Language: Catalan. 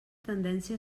tendència